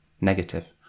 negative